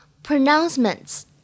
Pronouncements